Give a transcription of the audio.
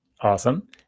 Awesome